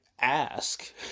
ask